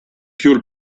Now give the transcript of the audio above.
più